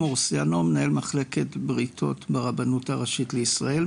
מנהל מחלקת בריתות ברבנות הראשית לישראל,